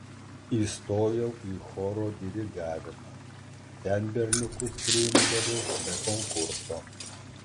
įstojau į choro dirigavimą ten berniukus priimdavo be konkurso